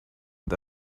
und